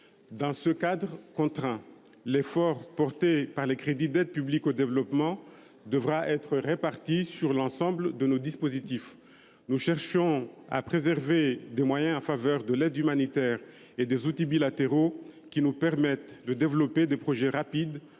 Dans ce cadre contraint, l’effort sur les crédits de l’aide publique au développement devra être réparti sur l’ensemble de nos dispositifs. Nous cherchons à préserver des moyens en faveur de l’aide humanitaire et des outils bilatéraux, qui nous permettent de développer des projets rapides,